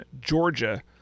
Georgia